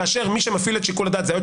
כאשר מי שמפעיל את שיקול הדעת זה היועץ